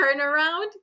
turnaround